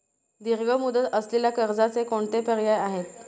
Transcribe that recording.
दीर्घ मुदत असलेल्या कर्जाचे कोणते पर्याय आहे?